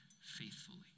faithfully